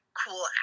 cool